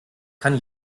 kann